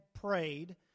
prayed